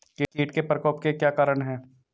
कीट के प्रकोप के क्या कारण हैं?